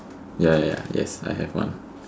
ya ya yes I have one